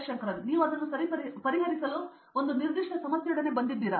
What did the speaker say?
ಶಂಕರನ್ ನೀವು ಅದನ್ನು ಪರಿಹರಿಸಲು ಒಂದು ನಿರ್ದಿಷ್ಟ ಸಮಸ್ಯೆಯೊಡನೆ ಬಂದಿದ್ದೀರಾ